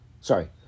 Sorry